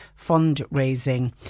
fundraising